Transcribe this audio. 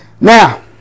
Now